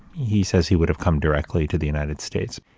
he says he would have come directly to the united states.